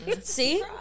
See